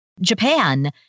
Japan